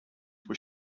were